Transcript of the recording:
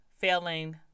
failing